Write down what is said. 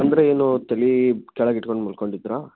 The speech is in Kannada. ಅಂದರೆ ಏನು ತಲೆ ಕೆಳಗಿಟ್ಕೊಂಡು ಮಲ್ಕೊಂಡಿದ್ರಾ